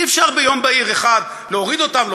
אי-אפשר ביום בהיר אחד להוריד אותם,